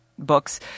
books